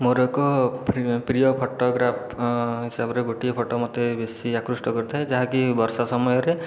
ମୋର ଏକ ପ୍ରିୟ ଫଟୋଗ୍ରାଫ ହିସାବରେ ଗୋଟିଏ ଫଟୋ ମୋତେ ବେଶି ଆକୃଷ୍ଟ କରିଥାଏ ଯାହାକି ବର୍ଷା ସମୟରେ